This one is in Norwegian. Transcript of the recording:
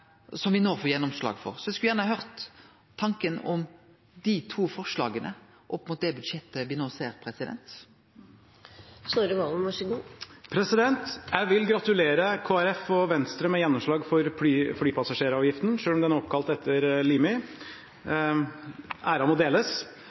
som me no får gjennomslag for. Eg skulle gjerne høyrt tanken om dei to forslaga opp mot det budsjettet me no ser. Jeg vil gratulere Kristelig Folkeparti og Venstre med gjennomslag for flypassasjeravgiften, selv om den er oppkalt etter Limi